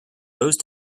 rose